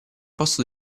posto